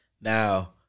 Now